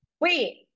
Wait